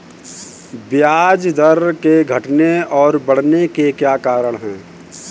ब्याज दर के घटने और बढ़ने के क्या कारण हैं?